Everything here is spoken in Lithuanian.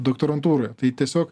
doktorantūroje tai tiesiog